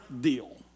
deal